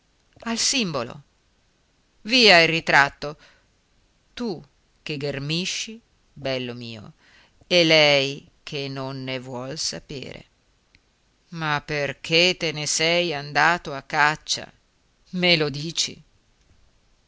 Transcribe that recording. al simbolo via il ritratto tu che ghermisci bello mio e lei che non ne vuol sapere ma perché te ne sei andato a caccia me lo dici